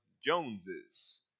Joneses